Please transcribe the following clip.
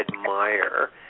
admire